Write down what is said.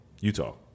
Utah